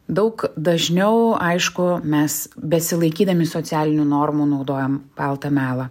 daug dažniau aišku mes besilaikydami socialinių normų naudojam baltą melą